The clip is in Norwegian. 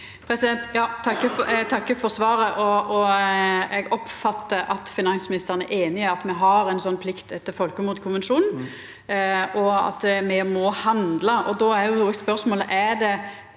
takkar for svaret. Eg oppfattar at finansministeren er einig i at me har ei slik plikt etter folkemordkonvensjonen, og at me må handla. Då er spørsmålet: Er det